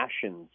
passions